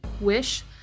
wish